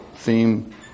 theme